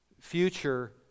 future